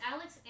Alex